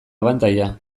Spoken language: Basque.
abantaila